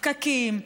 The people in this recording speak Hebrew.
פקקים,